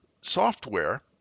software